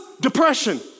depression